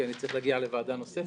כי אני צריך להגיע לוועדה נוספת.